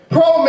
Pro